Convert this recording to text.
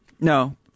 No